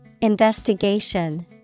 Investigation